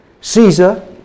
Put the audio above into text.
Caesar